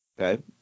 okay